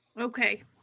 Okay